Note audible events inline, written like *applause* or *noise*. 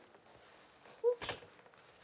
okay *noise*